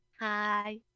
Hi